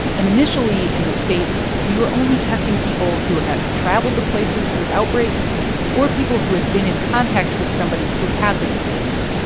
and, initially in the states, we were only testing people who had traveled to places with outbreaks or people who had been in contact with somebody who had the disease.